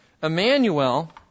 Emmanuel